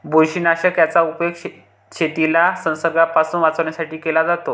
बुरशीनाशक याचा उपयोग शेतीला संसर्गापासून वाचवण्यासाठी केला जातो